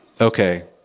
okay